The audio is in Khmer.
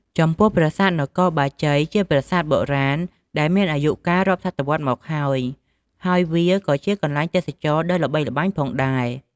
ចំពោះប្រាសាទនគរបាជ័យ ជាប្រាសាទបុរាណដែលមានអាយុកាលរាប់សតវត្សរ៍មកហើយ ហើយវាក៏ជាកន្លែងទេសចរណ៍ដ៏ល្បីល្បាញផងដែរ។